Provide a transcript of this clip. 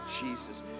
jesus